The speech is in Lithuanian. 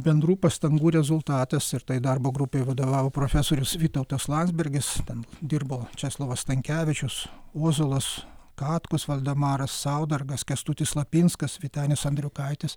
bendrų pastangų rezultatas ir tai darbo grupei vadovavo profesorius vytautas landsbergis ten dirbo česlovas stankevičius ozolas katkus valdemaras saudargas kęstutis lapinskas vytenis andriukaitis